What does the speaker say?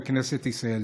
בכנסת ישראל.